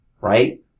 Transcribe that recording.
right